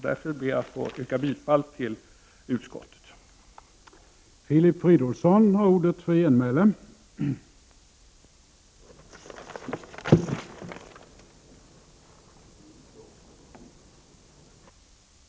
Därför ber jag att få yrka bifall till utskottets hemställan.